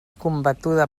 combatuda